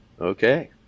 okay